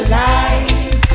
life